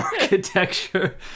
architecture